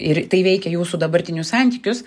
ir tai veikia jūsų dabartinius santykius